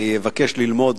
אני אבקש ללמוד,